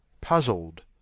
puzzled